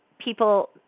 people